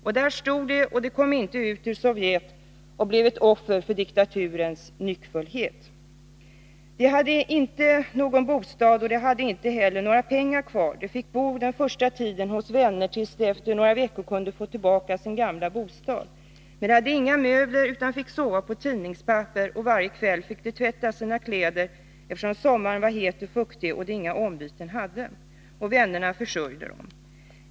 Och där stod de. De kom inte ut ur Sovjet. De blev ett offer för diktaturens nyckfullhet. De hade inte någon bostad och inte heller några pengar. Under den första tiden fick de bo hos vänner tills de efter några veckor kunde få tillbaka sin gamla bostad. Men de hade inga möbler, utan måste sova på tidningspapper, och varje kväll fick de tvätta sina kläder, eftersom sommaren var het och fuktig och de inga ombyten hade. Vännerna försörjde dem.